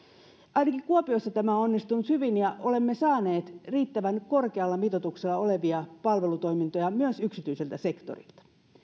ainakin kuopiossa tämä on onnistunut hyvin ja olemme saaneet riittävän korkealla mitoituksella olevia palvelutoimintoja myös yksityiseltä sektorilta